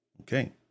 Okay